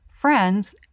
Friends